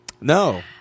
No